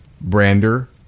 Brander